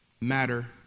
matter